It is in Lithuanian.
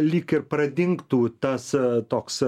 lyg ir pradingtų tas toks